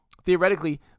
Theoretically